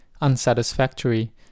unsatisfactory